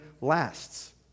lasts